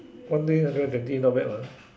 one day hundred twenty not bad mah